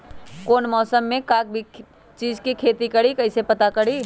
कौन मौसम में का चीज़ के खेती करी कईसे पता करी?